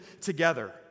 together